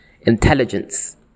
intelligence